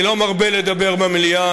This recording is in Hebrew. אני לא מרבה לדבר במליאה.